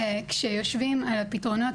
כשיושבים על הפתרונות,